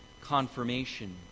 confirmation